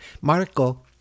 Marco